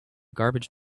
garbage